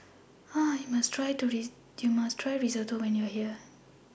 YOU must Try Risotto when YOU Are here